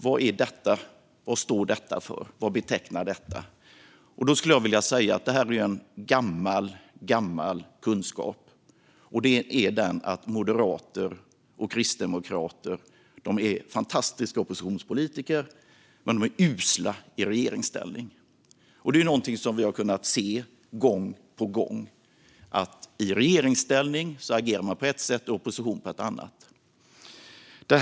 Vad står detta för? Vad betecknar detta? Då skulle jag vilja säga att detta är en gammal kunskap, nämligen att moderater och kristdemokrater är fantastiska oppositionspolitiker men att de är usla i regeringsställning. Det är någonting som vi har kunnat se gång på gång. I regeringsställning agerar de på ett sätt och i opposition på ett annat sätt.